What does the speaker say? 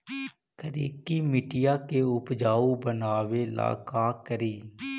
करिकी मिट्टियां के उपजाऊ बनावे ला का करी?